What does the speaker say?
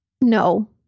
No